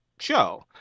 show